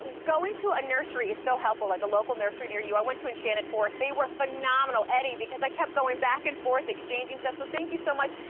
going to a nursery is so helpful, like a local nursery near you. i went to enchanted forest. they were phenomenal, eddie, because i kept going back and forth, exchanging stuff. so thank you so much.